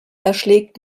erschlägt